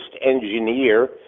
engineer